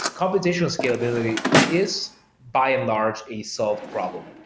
computational scalability is by and large a solved problem.